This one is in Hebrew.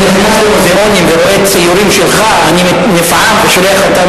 כשאני נכנס למוזיאונים ורואה ציורים שלך אני נפעם ושולח אותם